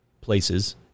places